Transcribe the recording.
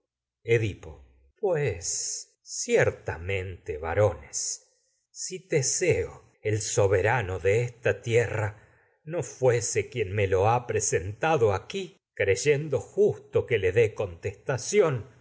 edipo pues ciertamente varones berano si teseo el lo so de esta tierra no fuese quien que me ha presen nun tado aquí voz creyendo justo hubiera le dé contestación